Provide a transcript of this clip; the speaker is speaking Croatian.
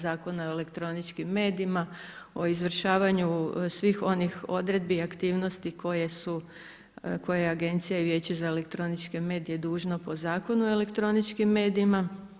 Zakona o elektroničkim medijima, o izvršavanju svih onih odredbi i aktivnosti koje su, koje Agencija i Vijeće za elektroničke medije dužno po Zakonu o elektroničkim medijima.